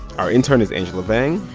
our intern is angela vang.